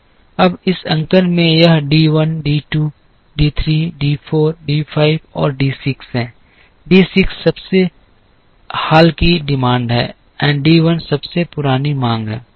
अब इस अंकन में यह D 1 D 2 D 3 D 4 D 5 और डी 6 है डी 6 सबसे हाल की मांग है डी 1 सबसे पुरानी मांग है